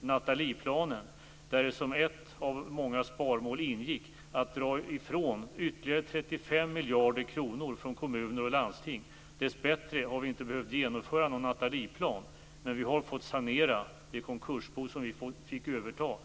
Nathalieplanen, där det som ett av många sparmål ingick att dra ifrån ytterligare 35 miljarder kronor från kommuner och landsting. Dess bättre har vi inte behövt genomföra någon Nathalieplan, men vi har fått sanera det konkursbo som vi fick överta.